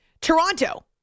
Toronto